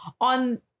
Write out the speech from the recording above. on